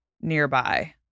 nearby